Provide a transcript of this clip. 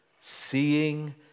Seeing